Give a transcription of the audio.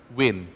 win